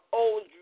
old